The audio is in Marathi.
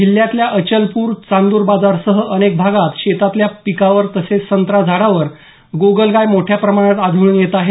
जिल्ह्यातल्या अचलपूर चांद्रबाजारसह अनेक भागात शेतातल्या पिकावर तसेच संत्रा झाडावर गोगलगाय मोठ्या प्रमाणात आढळून येत आहे